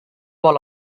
vol